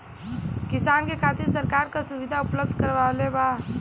किसान के खातिर सरकार का सुविधा उपलब्ध करवले बा?